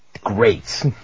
great